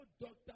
doctor